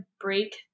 break